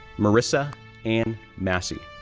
marissa ann massey,